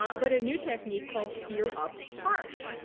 but but a new technique called fear-up harsh,